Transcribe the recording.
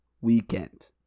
weekend